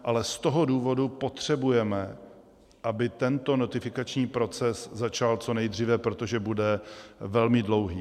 Z tohoto důvodu potřebujeme, aby tento notifikační proces začal co nejdříve, protože bude velmi dlouhý.